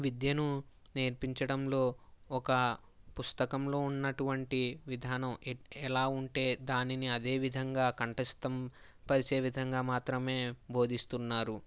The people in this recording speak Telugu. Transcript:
విద్యను నేర్పించడంలో ఒక పుస్తకంలో ఉన్నటువంటి విధానం ఎలా ఉంటే దానిని అదే విధంగా కంఠస్థం పరిచే విధంగా మాత్రమే బోధిస్తున్నారు